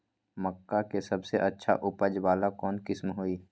मक्का के सबसे अच्छा उपज वाला कौन किस्म होई?